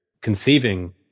conceiving